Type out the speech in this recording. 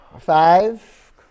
Five